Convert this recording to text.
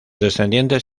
descendientes